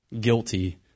Guilty